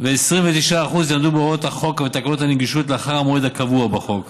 29% יעמדו בהוראות החוק ותקנות הנגישות לאחר המועד הקבוע בחוק,